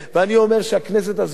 ואני אומר שהכנסת הזאת,